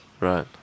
Right